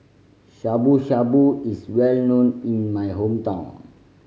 Shabu Shabu is well known in my hometown